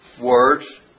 words